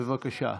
בבקשה.